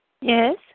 Yes